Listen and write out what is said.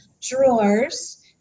drawers